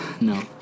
No